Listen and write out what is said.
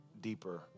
deeper